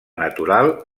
natural